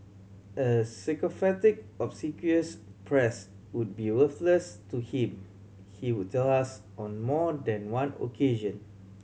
a sycophantic obsequious press would be worthless to him he would tell us on more than one occasion